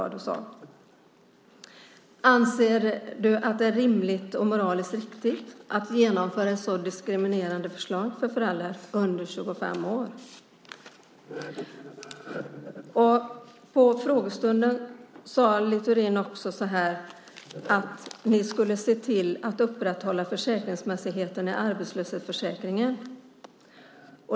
Jag tror att det var så du sade. Anser du att det är rimligt och moraliskt riktigt att genomföra ett så diskriminerande förslag för föräldrar under 25 år? På frågestunden sade Littorin: Vi ska se till att upprätthålla försäkringsmässigheten i arbetslöshetsförsäkringen.